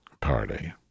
party